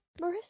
marissa